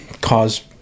cause